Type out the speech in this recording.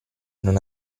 non